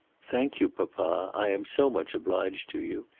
thank you, papa. i am so much obliged to you.